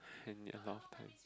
I need a lot of time